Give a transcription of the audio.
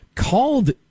called